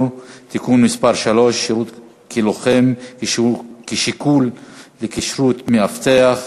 (תיקון מס' 3) (שירות כלוחם כשיקול לכשירות מאבטח),